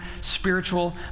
spiritual